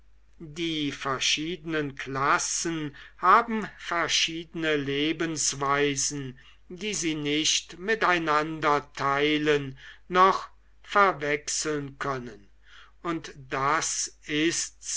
die verschiedenen klassen haben verschiedene lebensweisen die sie nicht miteinander teilen noch verwechseln können und das ist's